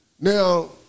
Now